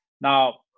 Now